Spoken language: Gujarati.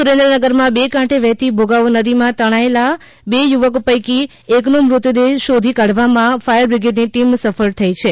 સુરેન્દ્રનગર માં બે કાંઠે વહેતી ભોગવો નદી માં તણાયેલા બે યુવક પૈકી એક નો મૃતદેહ શોધી કાઢવામાં ફાયર બ્રિગેડ ની ટિમ સફળ થઈ છે